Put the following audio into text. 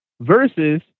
Versus